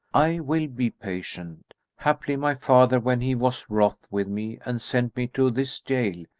i will be patient haply my father when he was wroth with me and sent me to this jail,